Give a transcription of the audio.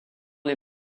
les